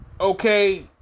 okay